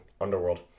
Underworld